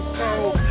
cold